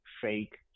fake